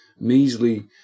measly